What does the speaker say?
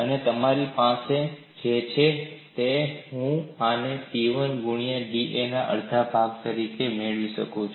અને તમારી પાસે જે છે તે છે હું આને P1 ગુણ્યા dv ના અડધા ભાગ તરીકે મેળવી શકું છું